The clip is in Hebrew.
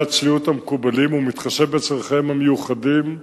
הציות המקובלים ומתחשב בצורכיהם המיוחדים.